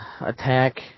attack